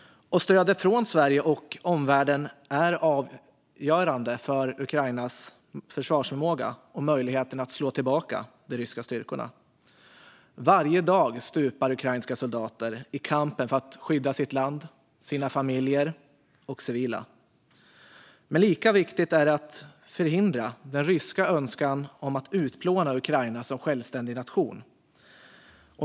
Stödet från Sverige och omvärlden är avgörande för Ukrainas försvarsförmåga och möjligheten att slå tillbaka de ryska styrkorna. Varje dag stupar ukrainska soldater i kampen för att skydda sitt land, sina familjer och civila. Men lika viktigt är det att förhindra den ryska önskan om att utplåna Ukraina som självständig nation.